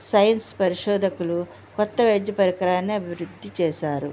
science పరిశోధకులు కొత్త వైద్యపరికరాన్ని అభివృద్ధి చేశారు